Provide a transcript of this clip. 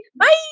Bye